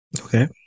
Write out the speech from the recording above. Okay